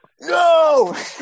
no